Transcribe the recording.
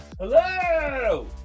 hello